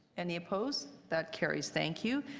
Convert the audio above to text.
any opposed? that carries. thank you.